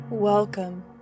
Welcome